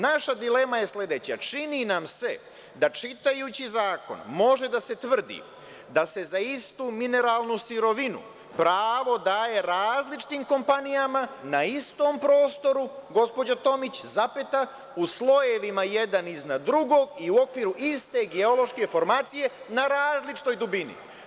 Naša dilema je sledeća, čini nam se da čitajući zakon može da se tvrdi da se za istu mineralnu sirovinu pravo daje različitim kompanijama na istom prostoru, gospođo Tomić, zapeta u slojevima jedan iznad drugog i u okviru iste geološke formacije na različitoj dubini.